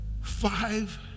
Five